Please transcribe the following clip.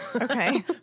okay